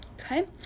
Okay